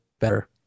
better